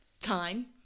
time